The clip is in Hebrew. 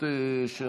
אם